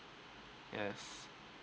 yes